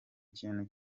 ikintu